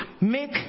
make